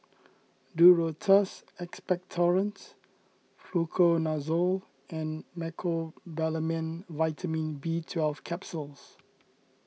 Duro Tuss Expectorant Fluconazole and Mecobalamin Vitamin B Twelve Capsules